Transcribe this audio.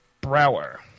Brower